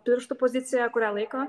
pirštų pozicijoje kurią laiko